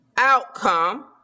outcome